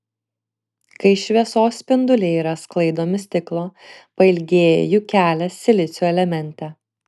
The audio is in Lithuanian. kai šviesos spinduliai yra sklaidomi stiklo pailgėja jų kelias silicio elemente